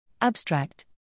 Abstract